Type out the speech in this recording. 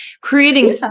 Creating